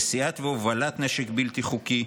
נשיאה והובלה של נשק בלתי חוקי,